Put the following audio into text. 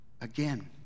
Again